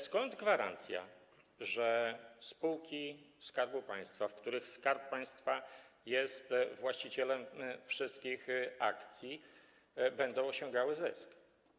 Skąd gwarancja, że spółki Skarbu Państwa, w przypadku których Skarb Państwa jest właścicielem wszystkich akcji, będą osiągały zysk?